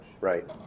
Right